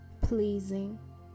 pleasing